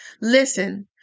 Listen